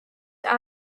out